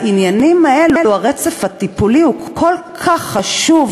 בעניינים האלה הרצף הטיפולי הוא כל כך חשוב,